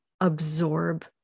absorb